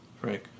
Frank